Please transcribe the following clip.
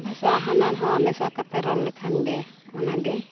ᱵᱷᱟᱥᱟ ᱦᱟᱱᱟ ᱱᱚᱣᱟ ᱢᱮᱥᱟ ᱠᱟᱛᱮᱫ ᱦᱟᱸᱜ ᱨᱚᱲ ᱞᱮᱠᱷᱟᱱ ᱜᱮ ᱚᱱᱟᱜᱮ